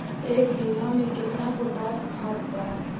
एक बिघा में केतना पोटास खाद पड़ है?